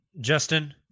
Justin